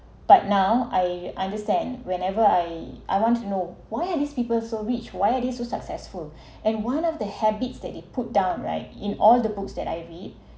but now I understand whenever I I want to know why are these people so rich why are these two successful and one of the habits that they put down right in all the books that I read